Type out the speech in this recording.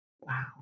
Wow